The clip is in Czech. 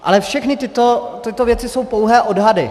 Ale všechny tyto věci jsou pouhé odhady.